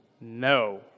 No